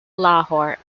lahore